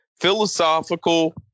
philosophical